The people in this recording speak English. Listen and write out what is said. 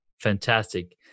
fantastic